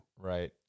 right